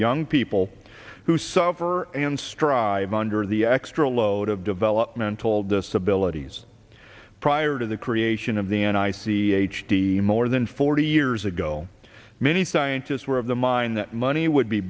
young people who suffer and strive under the extra load of developmental disabilities prior to the creation of the nic h d more than forty years ago many scientists were of the mind that money would be